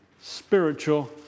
spiritual